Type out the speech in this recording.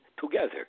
together